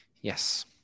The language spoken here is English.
Yes